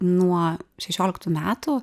nuo šešioliktų metų